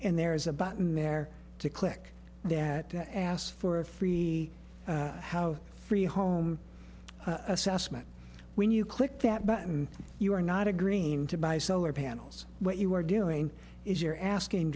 and there is a button there to click that asks for a free how free home assessment when you click that button you're not agreeing to buy solar panels what you're doing is you're asking